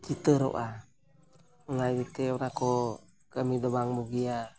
ᱪᱤᱛᱟᱹᱨᱚᱜᱼᱟ ᱚᱱᱟ ᱤᱫᱤ ᱛᱮ ᱚᱱᱟ ᱠᱚ ᱠᱟᱹᱢᱤ ᱫᱚ ᱵᱟᱝ ᱵᱩᱜᱤᱭᱟ